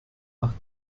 macht